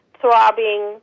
throbbing